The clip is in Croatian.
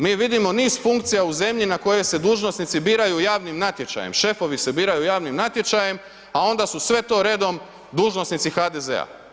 Mi vidimo niz funkcija u zemlji na koje se dužnosnici biraju javnim natječajem, šefovi se biraju javnim natječajem a onda su sve to redom dužnosnici HDZ-a.